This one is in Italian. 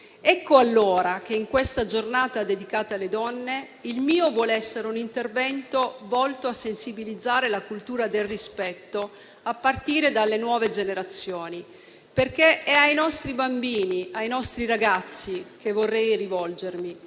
Ecco allora che in questa giornata dedicata alle donne il mio vuole essere un intervento volto a sensibilizzare la cultura del rispetto, a partire dalle nuove generazioni, perché è ai nostri bambini e ai nostri ragazzi che vorrei rivolgermi.